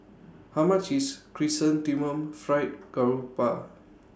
How much IS Chrysanthemum Fried Garoupa